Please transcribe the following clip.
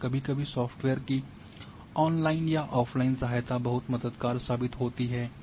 और कभी कभी सॉफ्टवेयर की ऑनलाइन या ऑफलाइन सहायता बहुत मददगार साबित होती है